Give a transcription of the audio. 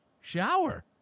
shower